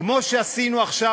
כמו שעשינו עכשיו,